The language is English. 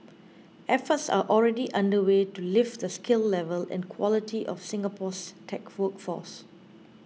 efforts are already underway to lift the skill level and quality of Singapore's tech workforce